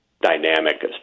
dynamic